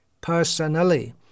Personally